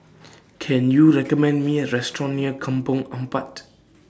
Can YOU recommend Me A Restaurant near Kampong Ampat